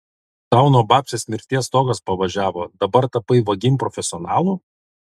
tau nuo babcės mirties stogas pavažiavo dabar tapai vagim profesionalu